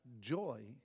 joy